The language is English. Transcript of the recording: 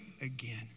again